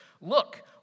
Look